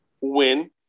win